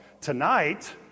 tonight